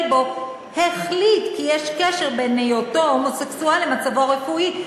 בו החליט כי יש קשר בין היותו הומוסקסואל למצבו הרפואי,